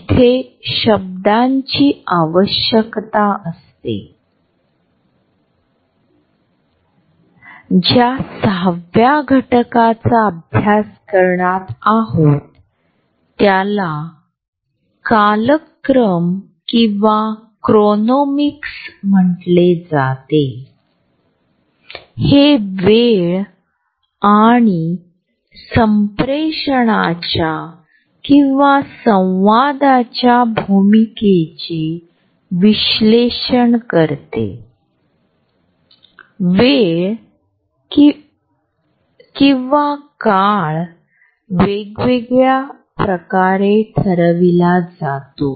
त्याचबरोबर जिव्हाळ्याच्या जागेबद्दल आमची समजूतदारपणा आणि आम्ही इतरांशी हे स्वेच्छेने किती प्रमाणात सामायिक करू शकतो आणि आपल्या सांस्कृतिक समजुतीद्वारे निर्णय घेतला जातो